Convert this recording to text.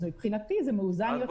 מבחינתי זה מאוזן יותר.